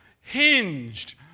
hinged